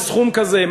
שסכום כזה,